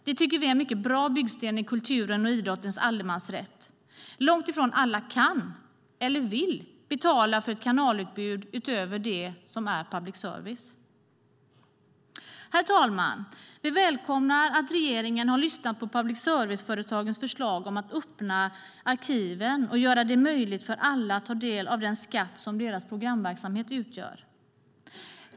Det tycker vi är en mycket bra byggsten i kulturens och idrottens allemansrätt. Långtifrån alla kan eller vill betala för ett kanalutbud utöver det som är public service. Herr talman! Vi välkomnar att regeringen har lyssnat på public service-företagens förslag om att öppna arkiven och göra det möjligt för alla att ta del av den skatt som deras programverksamhet utgör.